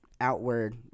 outward